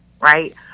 right